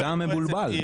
הקבינט לא בוער?